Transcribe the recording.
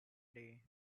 day